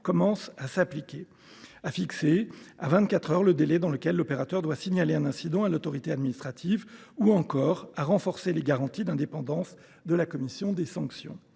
commence à s’appliquer, à fixer à vingt quatre heures le délai dans lequel l’opérateur doit signaler un incident à l’autorité administrative ou encore à renforcer les garanties d’indépendance de la commission des sanctions.